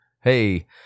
Hey